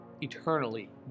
eternally